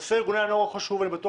נושא ארגוני הנוער הוא חשוב ואני בטוח